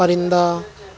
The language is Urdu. پرندہ